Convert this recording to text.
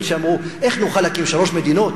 שאמרו: איך נוכל להקים שלוש מדינות?